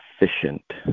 efficient